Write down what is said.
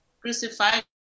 Crucified